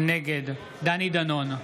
נגד דני דנון,